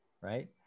right